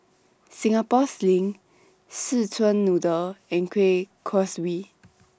Singapore Sling Szechuan Noodle and Kueh Kaswi